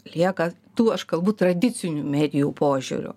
lieka tų aš galbūt tradicinių medijų požiūriu